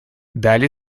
дали